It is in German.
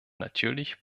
natürlich